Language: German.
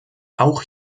auch